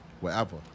wherever